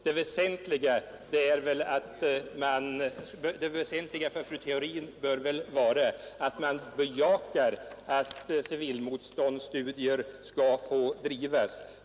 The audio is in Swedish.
Det väsentligaste för fru Theorin bör väl vara att man bejakar att civilmotståndsstudier får bedrivas.